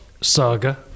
saga